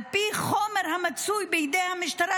על פי חומר המצוי בידי המשטרה,